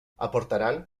aportaran